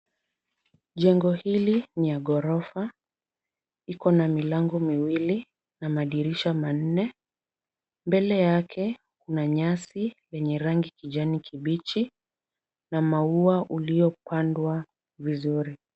Jengo hili ni ya ghorofa. Iko na milango miwili na madirisha manne. Mbele yake kuna nyasi lenye rangi kijani kibichi na maua uliopandwa vizuri.